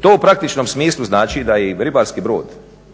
To u praktičnom smislu znači da je i ribarski brod